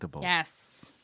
Yes